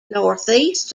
northeast